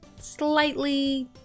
slightly